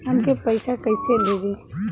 हमके पैसा कइसे भेजी?